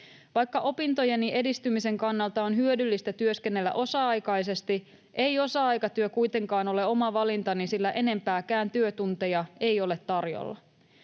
Vaikka opintojeni edistymisen kannalta on hyödyllistä työskennellä osa-aikaisesti, ei osa-aikatyö kuitenkaan ole oma valintani, sillä enempääkään työtunteja ei ole tarjolla.